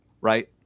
Right